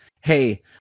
Hey